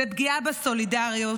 זו פגיעה בסולידריות,